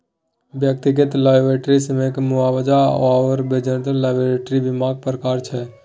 व्यक्तिगत लॉयबिलटी श्रमिककेँ मुआवजा आओर वाणिज्यिक लॉयबिलटी बीमाक प्रकार छै